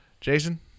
Jason